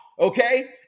okay